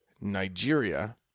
Nigeria